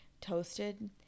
toasted